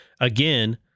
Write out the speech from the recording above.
Again